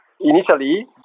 initially